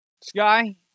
sky